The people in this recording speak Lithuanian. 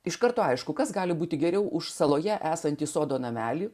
iš karto aišku kas gali būti geriau už saloje esantį sodo namelį